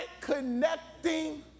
connecting